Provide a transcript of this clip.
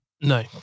No